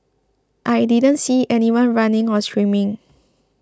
I didn't see anyone running or screaming